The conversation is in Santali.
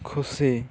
ᱠᱷᱩᱥᱤ